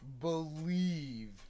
believe